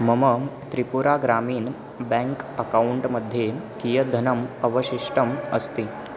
मम त्रिपुरा ग्रामीण् bank account मध्ये कियत् धनम् अवशिष्टम् अस्ति